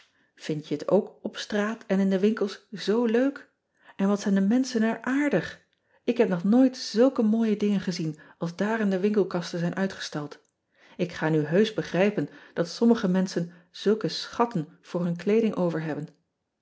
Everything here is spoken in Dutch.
ind je het ook op straat en in de winkels zoo leuk n wat zijn de menschen er aardig k heb nog nooit zulke mooie dingen gezien als daar in de winkelkasten zijn uitgestald k ga nu heusch begrijpen dat sommige menschen zulke schatten voor hun kleeding over hebben